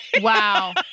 Wow